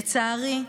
לצערי,